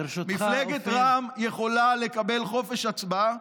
מפלגת רע"מ יכולה לקבל חופש הצבעה.